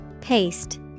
Paste